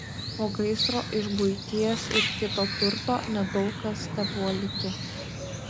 po gaisro iš buities ir kito turto nedaug kas tebuvo likę